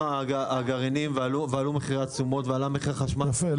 הגרעינים ועלה מחיר החשמל ועלה --- יפה,